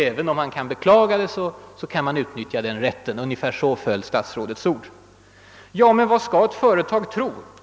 Även om det kan beklagas, så kan företagen utnyttja den rätten — ungefär så föll statsrådets ord. Men vad skall ett företag tro?